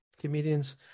comedians